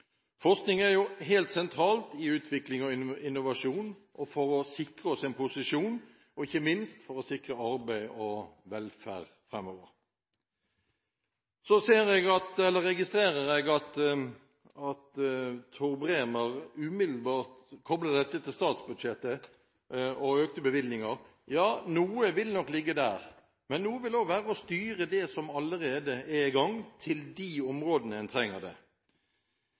Forskning er jo helt sentralt i utvikling og innovasjon for å sikre oss en posisjon og ikke minst for å sikre arbeid og velferd framover. Så registrerer jeg at Tor Bremer umiddelbart kobler dette til statsbudsjettet og økte bevilgninger. Noe vil nok ligge der, men noe vil også ligge i det å styre det som allerede er i gang, til de områdene der en trenger det.